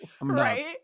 Right